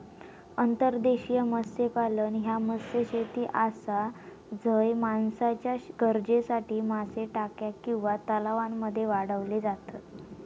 अंतर्देशीय मत्स्यपालन ह्या मत्स्यशेती आसा झय माणसाच्या गरजेसाठी मासे टाक्या किंवा तलावांमध्ये वाढवले जातत